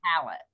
palette